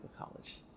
College